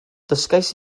dysgais